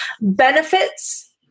Benefits